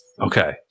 Okay